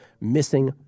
missing